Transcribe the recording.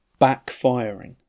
Backfiring